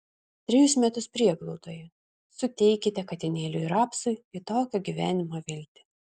trejus metus prieglaudoje suteikite katinėliui rapsui kitokio gyvenimo viltį